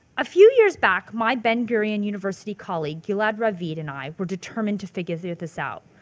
a few years back my ben gurion university colleague, gilad ravid and i were determined to figure this out.